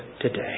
today